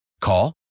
Call